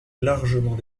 largement